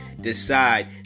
decide